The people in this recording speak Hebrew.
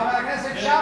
חבר הכנסת שאמה,